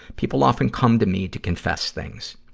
people often come to me to confess things.